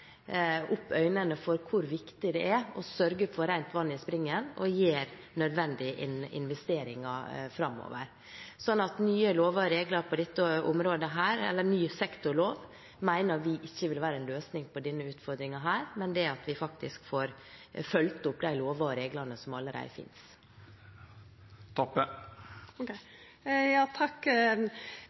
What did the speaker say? opp for hvor viktig det er å sørge for rent vann i springen og gjøre nødvendige investeringer framover. Nye lover og regler på dette området eller ny sektorlov mener vi ikke vil være en løsning på denne utfordringen, men det at vi faktisk får fulgt opp de lovene og reglene som allerede finnes.